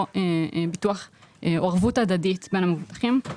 ביטוח או ערבות הדדית בין המבוטחים.